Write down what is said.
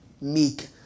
meek